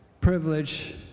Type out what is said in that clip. privilege